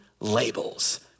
labels